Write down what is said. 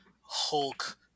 Hulk